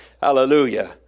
Hallelujah